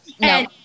no